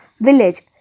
village